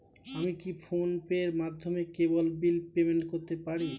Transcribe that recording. আমি কি ফোন পের মাধ্যমে কেবল বিল পেমেন্ট করতে পারি?